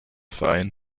verein